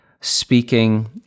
speaking